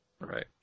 Right